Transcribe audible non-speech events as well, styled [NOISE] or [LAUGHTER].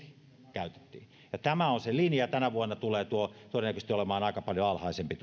käytettiin tämä on se linja ja tänä vuonna tuo käyttöaste tulee todennäköisesti olemaan aika paljon alhaisempi [UNINTELLIGIBLE]